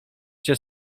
cię